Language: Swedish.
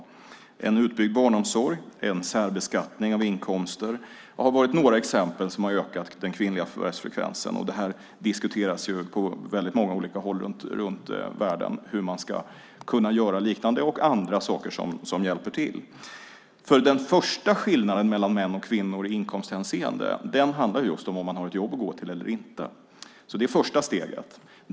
Utbyggd barnomsorg och särbeskattning av inkomster har varit några exempel som ökat den kvinnliga förvärvsfrekvensen. Det diskuteras på väldigt många olika håll runt om i världen hur man ska kunna göra liknande och andra saker som hjälper till. Den första skillnaden mellan män och kvinnor i inkomsthänseende handlar om huruvida man har ett jobb att gå till eller inte. Det är det första steget.